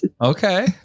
Okay